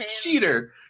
cheater